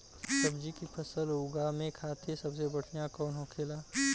सब्जी की फसल उगा में खाते सबसे बढ़ियां कौन होखेला?